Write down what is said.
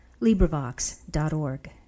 LibriVox.org